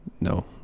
no